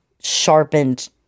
sharpened